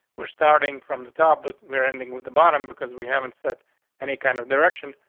we're starting from the top, but we're ending with the bottom because we haven't said any kind of direction.